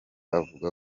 avuga